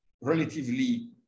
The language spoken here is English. relatively